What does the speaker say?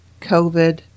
COVID